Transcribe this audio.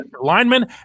linemen